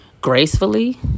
gracefully